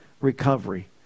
recovery